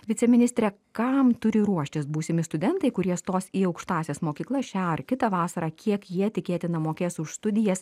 viceministre kam turi ruoštis būsimi studentai kurie stos į aukštąsias mokyklas šią ar kitą vasarą kiek jie tikėtina mokės už studijas